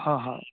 हाँ हाँ